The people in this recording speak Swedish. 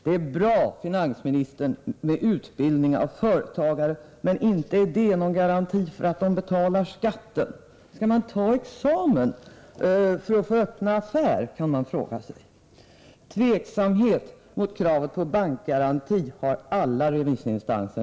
Det är bra, finansministern, med utbildning av företagare, men inte är det någon garanti för att de betalar skatten. Skall man ta examen för att få öppna affär? kan man fråga sig. Tveksamhet mot kravet på bankgaranti har nästan alla remissinstanser.